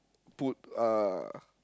put uh